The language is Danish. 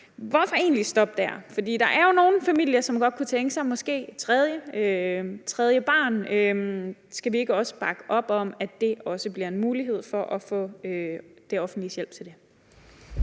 Hvorfor egentlig stoppe der? For der er jo nogle familier, som måske godt kunne tænke sig et tredje barn. Skal vi ikke også bakke op om, at det bliver en mulighed at få det offentliges hjælp til det?